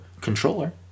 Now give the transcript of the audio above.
controller